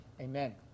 Amen